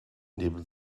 neben